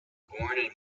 born